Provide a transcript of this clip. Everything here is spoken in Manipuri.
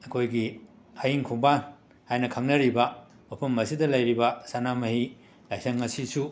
ꯑꯩꯈꯣꯏꯒꯤ ꯍꯌꯤꯡ ꯈꯣꯡꯕꯥꯟ ꯍꯥꯏꯅ ꯈꯪꯅꯔꯤꯕ ꯃꯐꯝ ꯑꯁꯤꯗ ꯂꯩꯔꯤꯕ ꯁꯅꯥꯄꯍꯤ ꯂꯥꯏꯁꯪ ꯑꯁꯤꯁꯨ